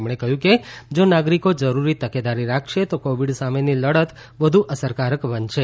તેમણે કહયું કે જો નાગરિકો જરૂરી તકેદારી રાખશે તો કોવીડ સામેની લડત વધુ અસરકારક બનશે